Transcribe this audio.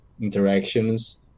interactions